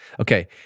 Okay